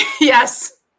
Yes